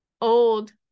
old